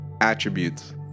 attributes